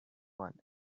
one